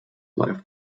life